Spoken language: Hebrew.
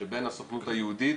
שבין הסוכנות היהודית,